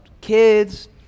kids